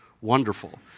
wonderful